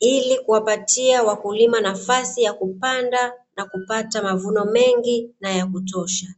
ili kuwapatia wakulima nafasi ya kupanda, na kupata mavuno mengi na ya kutosha.